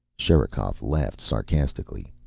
sherikov laughed sarcastically.